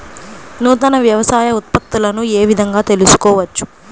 నూతన వ్యవసాయ ఉత్పత్తులను ఏ విధంగా తెలుసుకోవచ్చు?